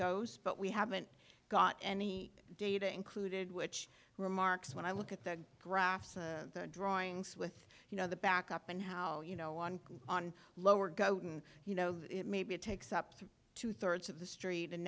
goes but we haven't got any data included which remarks when i look at the graphs drawings with you know the back up and how you know one on lower goten you know maybe it takes up to two thirds of the street and